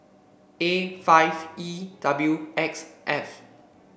A five E W X F